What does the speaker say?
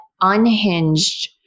unhinged